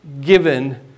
given